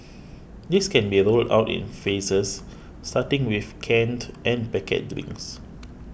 this can be rolled out in phases starting with canned and packet drinks